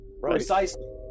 Precisely